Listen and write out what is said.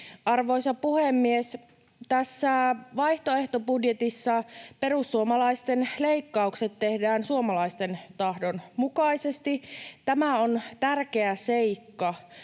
Arvoisa puhemies! Tässä vaihtoehtobudjetissa perussuomalaisten leikkaukset tehdään suomalaisten tahdon mukaisesti. Tämä on tärkeä seikka,